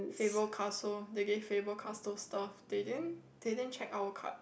Fable Castle they gave Fable Castle stuff they didn't they didn't check our card